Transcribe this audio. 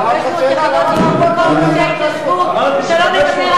לא, היא שאלה אותך שאלה, למה אתה, כששואלים אותך?